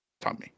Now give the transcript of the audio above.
Tommy